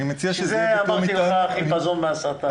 לכן אמרתי לך שהחיפזון מהשטן.